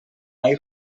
mai